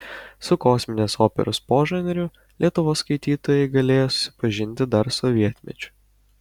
su kosminės operos požanriu lietuvos skaitytojai galėjo susipažinti dar sovietmečiu